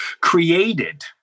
created